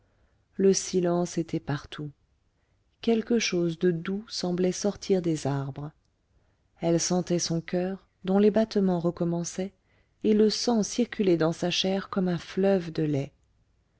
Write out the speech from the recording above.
le silence était partout quelque chose de doux semblait sortir des arbres elle sentait son coeur dont les battements recommençaient et le sang circuler dans sa chair comme un fleuve de lait